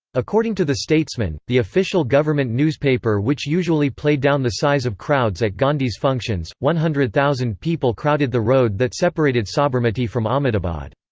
according to the statesman, the official government newspaper which usually played down the size of crowds at gandhi's functions, one hundred thousand people crowded the road that separated sabarmati from ahmadabad.